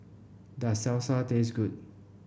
does Salsa taste good